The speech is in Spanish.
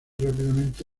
rápidamente